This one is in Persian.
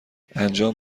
انجام